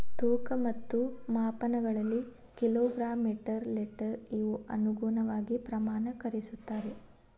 ತೂಕ ಮತ್ತು ಮಾಪನಗಳಲ್ಲಿ ಕಿಲೋ ಗ್ರಾಮ್ ಮೇಟರ್ ಲೇಟರ್ ಇವುಗಳ ಅನುಗುಣವಾಗಿ ಪ್ರಮಾಣಕರಿಸುತ್ತಾರೆ